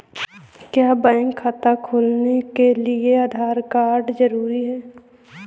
क्या बैंक खाता खोलने के लिए आधार कार्ड जरूरी है?